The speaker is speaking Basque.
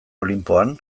olinpoan